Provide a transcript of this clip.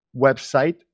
website